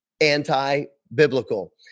anti-biblical